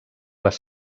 les